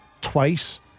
twice